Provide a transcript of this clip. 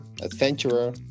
adventurer